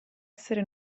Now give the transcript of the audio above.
essere